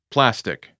Plastic